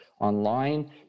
online